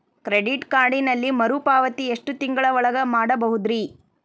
Credit ಕಾರ್ಡಿನಲ್ಲಿ ಮರುಪಾವತಿ ಎಷ್ಟು ತಿಂಗಳ ಒಳಗ ಮಾಡಬಹುದ್ರಿ?